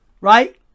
right